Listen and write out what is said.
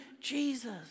Jesus